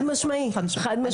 חד משמעית, חד משמעית.